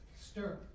stir